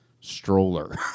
stroller